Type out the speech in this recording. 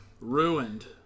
ruined